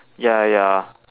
ya ya